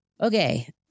Okay